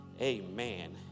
amen